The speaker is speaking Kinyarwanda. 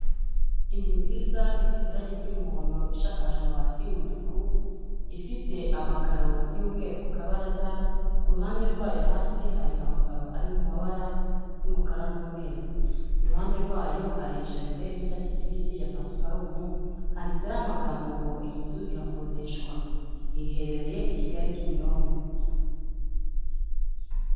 Inzu nziza isize irangi ry'umuhondo ishakakaje amabati y'umutuku ifite amakaro y'umweru ku kabaraza, ku ruhande rwayo hasi hari amakaro ari mu mabara y'umukara n'umweru, iruhande rwayo hari jaride y'icatsi kibisi ya pasiparumu, handitseho amagambo ngo iyi nzu irakodeshwa, iriherereye i Kigali Kimironko.